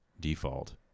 default